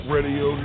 Radio